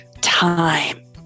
time